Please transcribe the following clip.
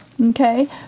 Okay